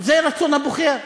זה רצון הבוחר.